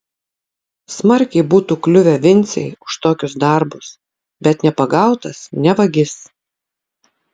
smarkiai būtų kliuvę vincei už tokius darbus bet nepagautas ne vagis